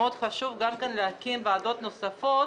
מאוד חשוב גם כן להקים ועדות נוספות,